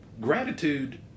gratitude